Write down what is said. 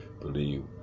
believe